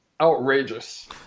outrageous